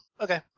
Okay